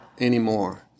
anymore